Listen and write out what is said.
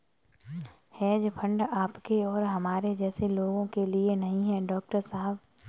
hedge fund आपके और हमारे जैसे लोगों के लिए नहीं है, डॉक्टर साहब